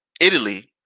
Italy—